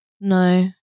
No